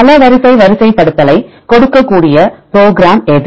பல வரிசை வரிசைப்படுத்தலைக் கொடுக்கக்கூடிய நிரல் எது